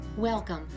Welcome